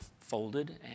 folded